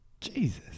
Jesus